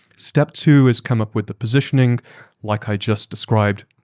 step two is come up with the positioning like i just described.